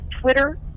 Twitter